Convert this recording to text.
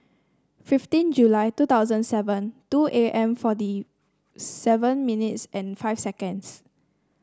fifteen July two thousand seven two A M forty seven minutes and five seconds